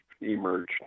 emerged